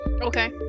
Okay